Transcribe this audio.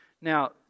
Now